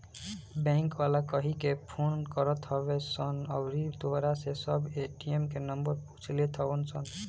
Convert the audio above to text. bank वाला कहिके phone करत हवे सन अउरी तोहरा से सब ए.टी.एम के नंबर पूछ लेत हवन सन